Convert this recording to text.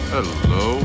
Hello